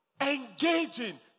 engaging